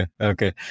okay